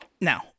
Now